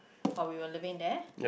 while we were living there